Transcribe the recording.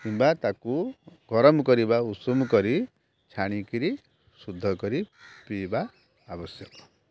କିମ୍ବା ତାକୁ ଗରମ କରି ବା ଉଷୁମ କରି ଛାଣି କିରି ଶୁଦ୍ଧ କରି ପିଇବା ଆବଶ୍ୟକ